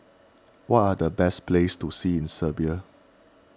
what are the best places to see in Serbia